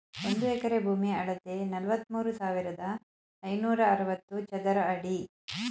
ಒಂದು ಎಕರೆ ಭೂಮಿಯ ಅಳತೆ ನಲವತ್ಮೂರು ಸಾವಿರದ ಐನೂರ ಅರವತ್ತು ಚದರ ಅಡಿ